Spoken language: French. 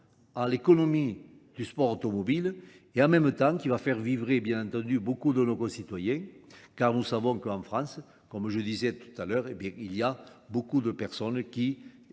à l'économie du sport automobile et en même temps qui va faire vivrer, bien entendu, beaucoup de nos concitoyens, car nous savons qu'en France, comme je disais tout à l'heure, il y a beaucoup de personnes qui